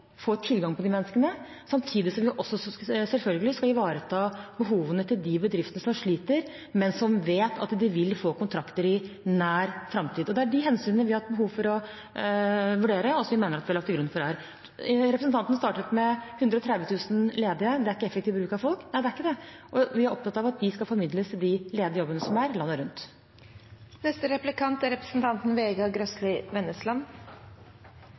får tilgang på de menneskene, samtidig som vi også selvfølgelig skal ivareta behovene til de bedriftene som sliter, men som vet at de vil få kontrakter i nær framtid. Og det er de hensynene vi har hatt behov for å vurdere, og som vi mener at vi har lagt til grunn her. Representanten startet med at 130 000 ledige ikke er effektiv bruk av folk. Nei, det er ikke det. Vi er opptatt av at de skal formidles til de ledige jobbene som er, landet rundt.